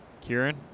Kieran